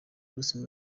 bruce